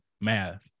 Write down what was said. math